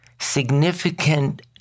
Significant